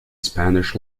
spanish